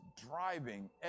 driving